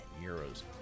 euros